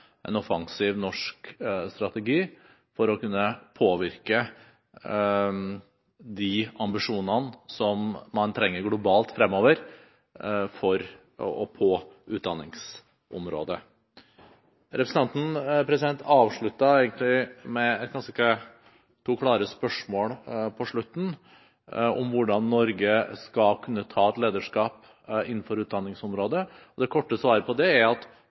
en offensiv norsk strategi for å kunne påvirke de ambisjonene som man trenger globalt fremover på utdanningsområdet. Representanten avsluttet med to ganske klare spørsmål. Angående hvordan Norge skal kunne ta et lederskap innen utdanningsområdet, er det korte svaret på det at